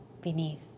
beneath